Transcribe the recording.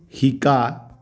শিকা